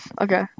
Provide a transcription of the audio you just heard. Okay